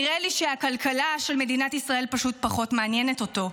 נראה לי שהכלכלה של מדינת ישראל פשוט פחות מעניינת אותו.